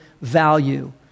value